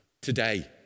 today